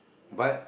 but